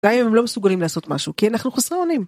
‫גם אם הם לא מסוגלים לעשות משהו, ‫כי אנחנו חסרי אונים.